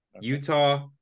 Utah